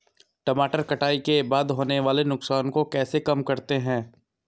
टमाटर कटाई के बाद होने वाले नुकसान को कैसे कम करते हैं?